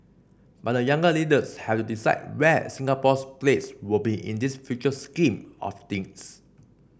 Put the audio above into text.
but the younger leaders have to decide where Singapore's place will be in this future scheme of things